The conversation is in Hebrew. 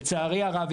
לצערי הרב,